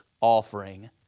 offering